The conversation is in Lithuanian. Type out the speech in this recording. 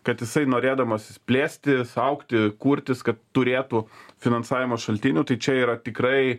kad jisai norėdamasis plėstis augti kurtis kad turėtų finansavimo šaltinių tai čia yra tikrai